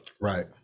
Right